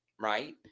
Right